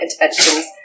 interventions